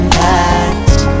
past